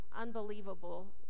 unbelievable